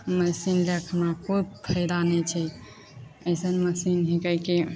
machine रखना कोइ फायदा नहि छै अइसन मशीन हिकै कि